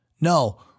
No